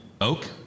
Oak